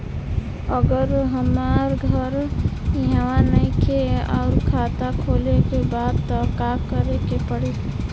अगर हमार घर इहवा नईखे आउर खाता खोले के बा त का करे के पड़ी?